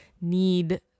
need